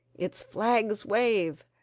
its flags wave,